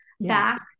back